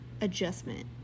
adjustment